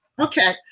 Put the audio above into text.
Okay